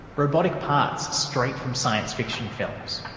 robotic parts straight from science-fiction films.